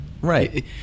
Right